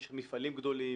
יש מפעלים גדולים,